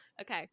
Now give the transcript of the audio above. okay